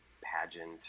pageant